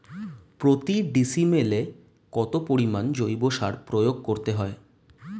প্রতি ডিসিমেলে কত পরিমাণ জৈব সার প্রয়োগ করতে হয়?